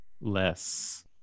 less